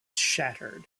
shattered